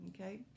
okay